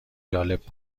جالب